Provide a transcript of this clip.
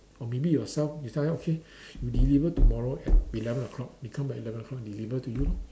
or maybe yourself you tell them okay you deliver tomorrow at eleven o'clock they come by eleven o-clock deliver to you lor